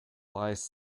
lies